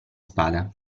spada